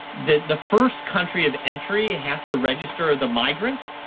that the first country of entry has to register the migrant.